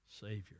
Savior